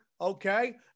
okay